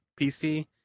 PC